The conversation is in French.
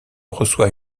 reçoit